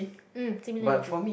uh similarity